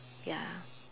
ya